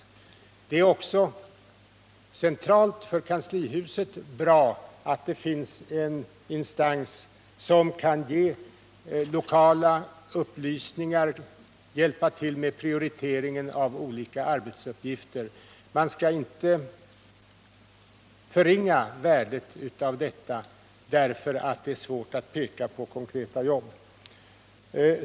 Det är också centralt, för kanslihuset, bra att det finns en instans som kan ge lokala upplysningar och hjälpa till med prioriteringen av olika arbetsuppgifter. Man skall inte förringa värdet av detta därför att det är svårt att peka på konkreta jobb.